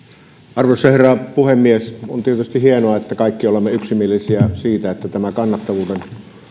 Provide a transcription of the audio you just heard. arvoisa herra puhemies on tietysti hienoa että kaikki olemme yksimielisiä siitä että tämän kannattavuuden